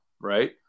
right